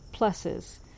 pluses